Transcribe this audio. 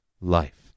life